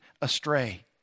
astray